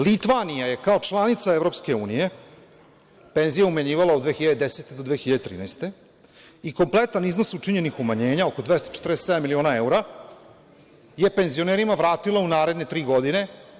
Litvanija je kao članica EU penziju umanjivala od 2010. do 2013. i kompletan iznos učinjenih umanjenja, oko 247 miliona evra, je penzionerima vratila u naredne tri godine.